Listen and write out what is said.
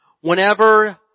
whenever